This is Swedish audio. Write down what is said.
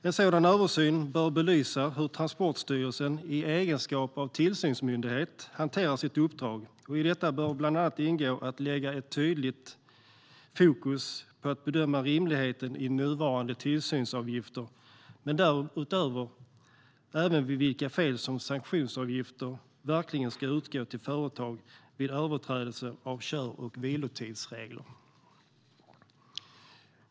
En sådan översyn bör belysa hur Transportstyrelsen i egenskap av tillsynsmyndighet hanterar sitt uppdrag, och i detta bör bland annat ingå att lägga ett tydligt fokus på att bedöma rimligheten i nuvarande tillsynsavgifter, men därutöver se på vid vilka fel sanktionsavgifter verkligen ska utgå till företag vid överträdelser av kör och vilotidsregler.